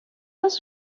was